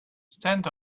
stand